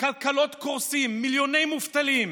כלכלות קורסות, מיליוני מובטלים.